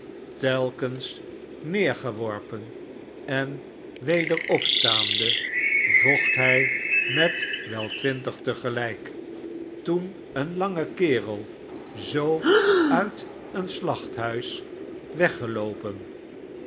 telkens neergewofpen en weder opstaande vocht hij met wel twintig te gelijk toeri een lange kerel zoo uit een slachthuis weggeloopen